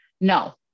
No